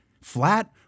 flat